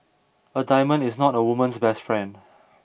a diamond is not a woman's best friend